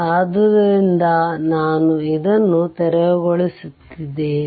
ಆದ್ದರಿಂದ ನಾನು ಅದನ್ನು ತೆರವುಗೊಳಿಸುತ್ತೇನೆ